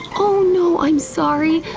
oh no, i'm sorry!